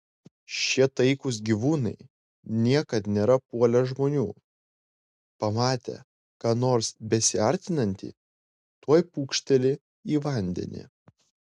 šie taikūs gyvūnai niekad nėra puolę žmonių pamatę ką nors besiartinantį tuoj pūkšteli į vandenį